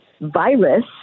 virus